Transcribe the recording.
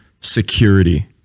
security